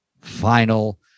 final